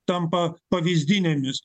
tampa pavyzdinėmis